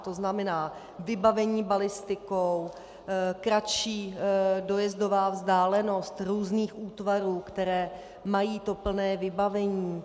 To znamená: vybavení balistikou, kratší dojezdová vzdálenost různých útvarů, které mají to plné vybavení.